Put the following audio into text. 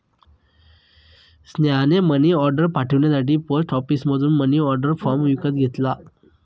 स्नेहाने मनीऑर्डर पाठवण्यासाठी पोस्ट ऑफिसमधून मनीऑर्डर फॉर्म विकत घेतला